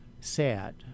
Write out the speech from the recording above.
sad